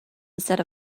instead